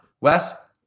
Wes